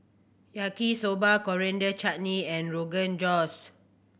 Yaki Soba Coriander Chutney and Rogan Josh